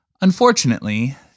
Unfortunately